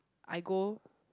I go